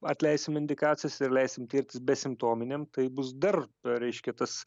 atleisim indikacijas ir leisim tirtis be simptominiam tai bus dar reiškia tas